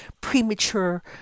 premature